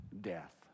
death